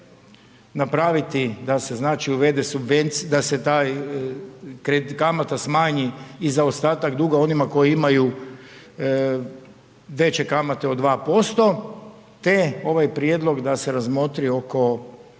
znači, uvede subvenc, da se taj kamata smanji i za ostatak duga onima koji imaju veće kamate od 2%, te ovaj prijedlog da se razmotri oko